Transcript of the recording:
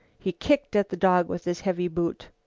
he kicked at the dog with his heavy boot.